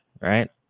right